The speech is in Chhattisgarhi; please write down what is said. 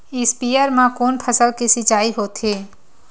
स्पीयर म कोन फसल के सिंचाई होथे?